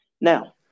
Now